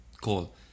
call